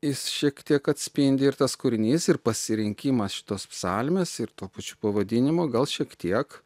jis šiek tiek atspindi ir tas kūrinys ir pasirinkimas šitos psalmės ir tuo pačiu pavadinimu gal šiek tiek